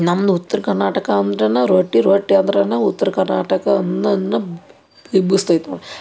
ನಮ್ದು ಉತ್ರ ಕರ್ನಾಟಕ ಅಂದ್ರೇನ ರೊಟ್ಟಿ ರೊಟ್ಟಿ ಅಂದ್ರೇನ ಉತ್ರ ಕರ್ನಾಟಕ ಅನ್ನೋ ಅನ್ನೋ ಐತೆ ನೋಡಿ